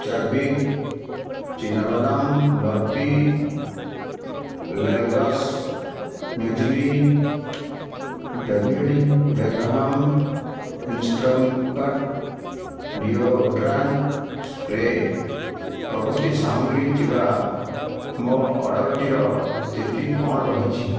ଚିନାବାଦାମ barfi ଇନ୍ଷ୍ଟ୍ରକ୍ଟ୍ deodorant spray ପ୍ରଭୃତି ସାମଗ୍ରୀ ଥିବା ମୋ ଅର୍ଡ଼ର୍ଟିର ସ୍ଥିତି କ'ଣ ରହିଛି